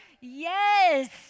Yes